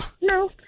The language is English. No